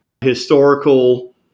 Historical